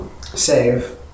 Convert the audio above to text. Save